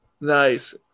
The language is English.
Nice